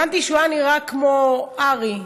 הבנתי שהוא היה נראה כמו ארי,